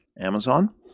Amazon